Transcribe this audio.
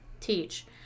Teach